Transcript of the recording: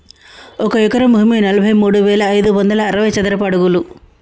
ఒక ఎకరం భూమి నలభై మూడు వేల ఐదు వందల అరవై చదరపు అడుగులు